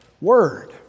word